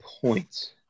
points